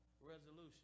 resolution